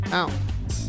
out